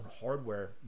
hardware